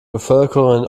bevölkerung